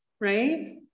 right